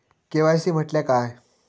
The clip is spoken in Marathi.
के.वाय.सी म्हटल्या काय?